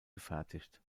gefertigt